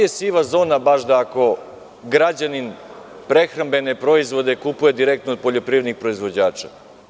Da li je siva zona baš ta ako građanin prehrambene proizvode kupuje direktno od poljoprivrednih proizvođača?